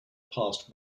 past